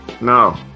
No